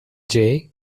jay